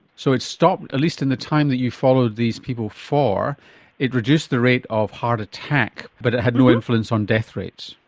so it stopped, at least in the time that you followed these people for it reduced the rate of heart attack, but it had no influence on death rates.